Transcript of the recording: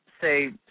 say